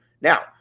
Now